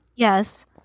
Yes